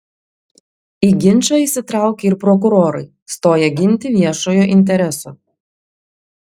į ginčą įsitraukė ir prokurorai stoję ginti viešojo intereso